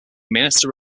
minister